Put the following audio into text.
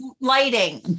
lighting